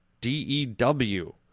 d-e-w